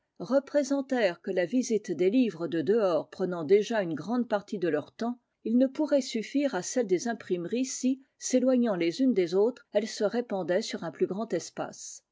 représentèrent que la visite des livres de dehors prenant déjà une grande partie de leur temps ils ne pourraient suffire à celle des imprimeries si s'éloignant les unes des autres elles se répandaient sur un plus grand espace